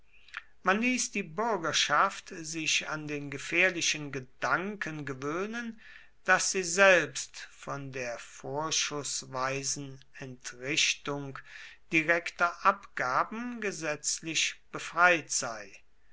man ließ die bürgerschaft sich an den gefährlichen gedanken gewöhnen daß sie selbst von der vorschußweisen entrichtung direkter abgaben gesetzlich befreit sei